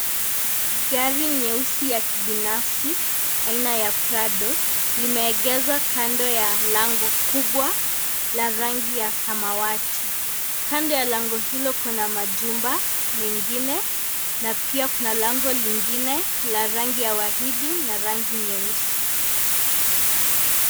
Gari nyeusi ya kibinafsi aina ya Prado limeegezwa kando ya lango kubwa la rangi ya samawati, kando ya lango hilo kuna majumba mengine na pia kuna lango lingine la rangi ya waridi na rangi nyeusi.